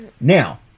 Now